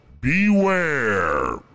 beware